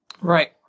Right